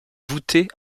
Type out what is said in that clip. voûtés